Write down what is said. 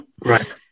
Right